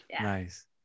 nice